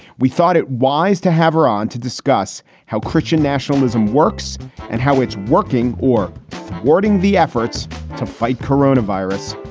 we thought it wise to have her on to discuss how christian nationalism works and how it's working or thwarting the efforts to fight corona virus.